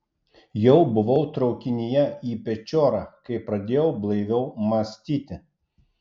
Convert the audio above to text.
jau buvau traukinyje į pečiorą kai pradėjau blaiviau mąstyti